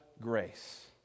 grace